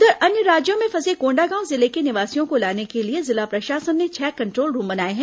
उधर अन्य राज्यों में फंसे कोंडागांव जिले के निवासियों को लाने के लिए जिला प्रशासन ने छह कंट्रोल रूम बनाए हैं